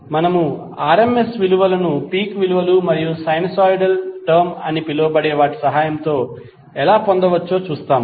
మనము RMS విలువను peak విలువలు మరియు సైనూసోయిడల్ టర్మ్ అని పిలవబడే వాటి సహాయంతో ఎలా పొందవచ్చో చూస్తాము